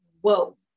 whoa